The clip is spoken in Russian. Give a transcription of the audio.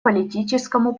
политическому